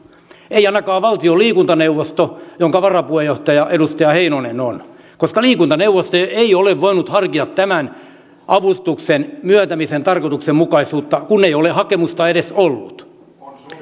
ei ainakaan valtion liikuntaneuvosto jonka varapuheenjohtaja edustaja heinonen on koska liikuntaneuvosto ei ole voinut harkita tämän avustuksen myöntämisen tarkoituksenmukaisuutta kun ei ole hakemusta edes ollut kun